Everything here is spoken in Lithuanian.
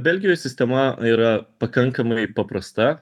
belgijoj sistema yra pakankamai paprasta